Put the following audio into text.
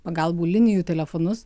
pagalbų linijų telefonus